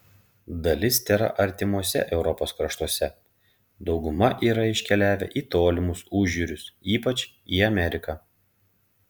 dalis tėra artimuose europos kraštuose dauguma yra iškeliavę į tolimus užjūrius ypač į ameriką